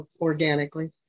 organically